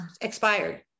expired